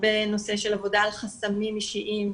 הרבה נושא של עבודה על חסמים אישיים,